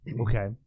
Okay